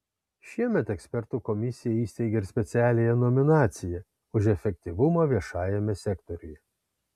šiemet ekspertų komisija įsteigė ir specialiąją nominaciją už efektyvumą viešajame sektoriuje